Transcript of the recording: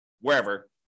wherever